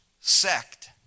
sect